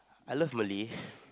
I love Malay